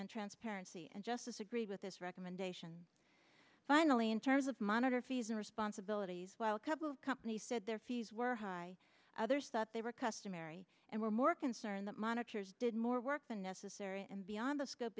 and transparency and justice agree with this recommendation finally in terms of monitor fees and responsibilities while a couple of companies said their fees were high others thought they were customary and were more concerned that monitors did more work than necessary and beyond the scope